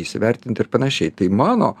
įsivertinti ir panašiai tai mano